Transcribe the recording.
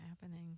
happening